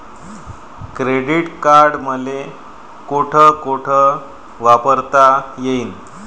Credit card मले कोठ कोठ वापरता येईन?